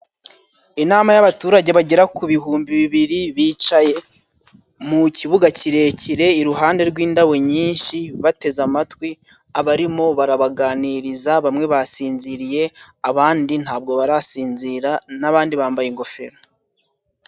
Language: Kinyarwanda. Inama y'abaturage bagera ku bihumbi bibiri bicaye mu kibuga kirekire iruhande rw'indabo nyinshi, bateze amatwi abarimo barabaganiriza bamwe basinziriye, abandi ntabwo barasinzira n'abandi bambaye ingofero.